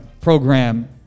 program